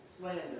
slander